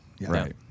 right